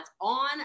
on